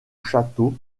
château